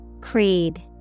Creed